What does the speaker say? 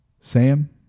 Sam